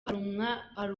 hari